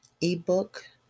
ebook